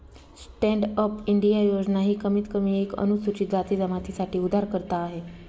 stand up India योजना ही कमीत कमी एक अनुसूचित जाती जमाती साठी उधारकर्ता आहे